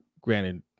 granted